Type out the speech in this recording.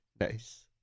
Nice